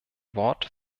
wort